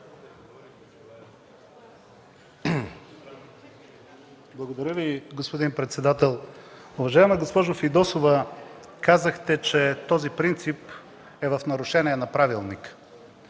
Благодаря Ви, господин председател. Уважаема госпожо Фидосова, казахте, че този принцип е в нарушение на Правилника.